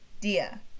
Dia